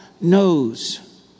knows